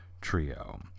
trio